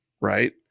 right